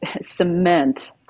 cement